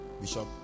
Bishop